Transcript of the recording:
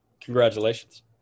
Congratulations